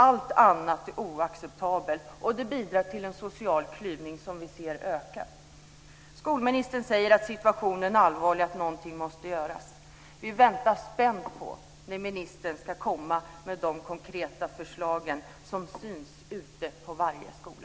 Allt annat är oacceptabelt och det bidrar till en social klyvning som vi ser ökar. Skolministern säger att situationen är allvarlig och att någonting måste göras. Vi väntar spänt på när ministern ska komma med de konkreta förslag som syns ute på varje skola.